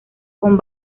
con